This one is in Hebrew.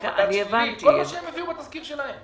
כל מה שהם הביאו בתזכיר שלהם.